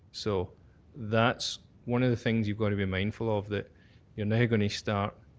so that's one of the things you've got to be mindful of, that you're now going to start